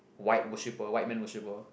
white worshipper white man worshipper